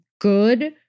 Good